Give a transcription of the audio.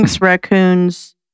raccoons